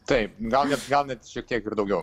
taip gal net gal net šiek tiek ir daugiau